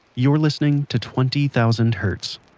you're listening to twenty thousand hertz.